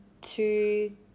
two